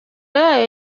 yayo